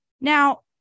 Now